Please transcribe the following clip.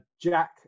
Jack